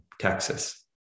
Texas